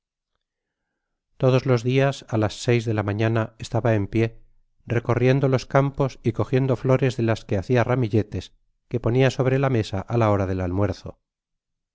todos los dias á las seis de la mañana estaba en pié recorriendo los campos y cojiendo flores de las que hacia ramilletes que ponia sobre la mesa á la hora del almuerzo